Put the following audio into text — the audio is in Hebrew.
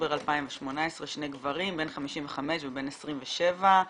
באוקטובר 2018 שני גברים, בן 55 ובן 27,